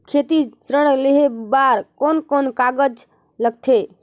खेती ऋण लेहे बार कोन कोन कागज लगथे?